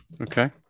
Okay